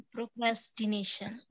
Procrastination